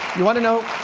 you want to know